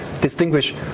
distinguish